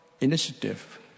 initiative